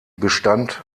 bestand